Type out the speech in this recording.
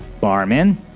Barman